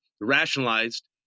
rationalized